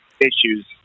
issues